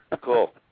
Cool